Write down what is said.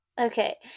okay